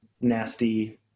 nasty